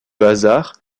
hasard